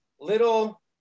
little